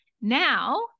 Now